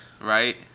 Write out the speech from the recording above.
Right